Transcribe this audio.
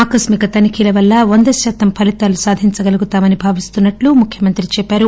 ఆకస్మిక తనిఖీల వల్ల వంద శాతం ఫలితాలు సాధించగలుగుతామని భావిస్తున్నట్లు ముఖ్యమంత్రి చెప్పారు